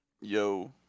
Yo